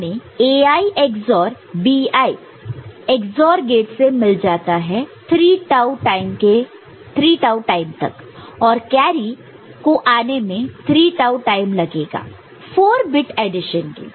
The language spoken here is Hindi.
हमें Ai XOR Bi XOR gate से मिल जाता है 3 टाऊ टाइम तक और कैरी को आने में 3 टाऊ टाइम लगेगा 4 बिट ऑडिशन के लिए